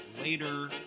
later